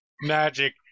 magic